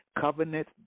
covenant